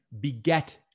beget